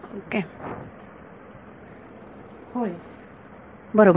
विद्यार्थी होय बरोबर